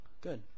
Good